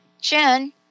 Jen